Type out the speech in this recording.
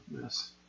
Yes